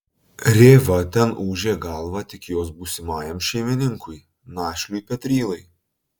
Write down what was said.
rėva ten ūžė galvą tik jos būsimajam šeimininkui našliui petrylai